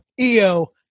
EO